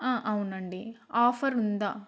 అవునండి ఆఫర్ ఉందా